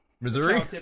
Missouri